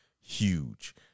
huge